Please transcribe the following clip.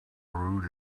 brewed